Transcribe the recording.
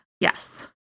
Yes